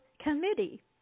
committee